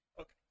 Okay